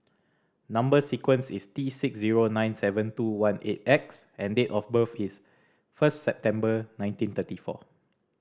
number sequence is T six zero nine seven two one eight X and date of birth is first September nineteen thirty four